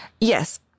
Yes